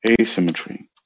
asymmetry